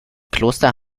kloster